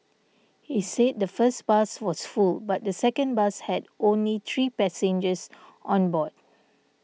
he said the first bus was full but the second bus had only three passengers on board